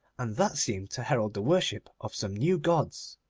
and that seemed to herald the worship of some new gods.